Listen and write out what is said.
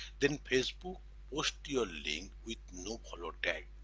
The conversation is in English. then facebook post your link with no follow tag